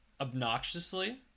obnoxiously